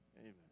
Amen